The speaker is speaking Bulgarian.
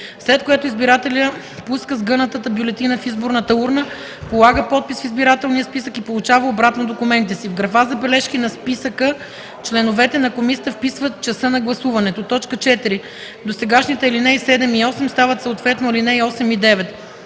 след което избирателят пуска сгьнатата бюлетина в избирателната урна, полага подпис в избирателния списък и получава обратно документите си. В графа „Забележки” на списъка членовете на комисията вписват часа на гласуването.” 4. Досегашните ал. 7 и 8 стават съответно ал. 8 и 9.